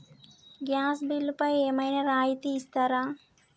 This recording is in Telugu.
గ్యాస్ బిల్లుపై ఏమైనా రాయితీ ఇస్తారా?